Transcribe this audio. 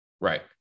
Right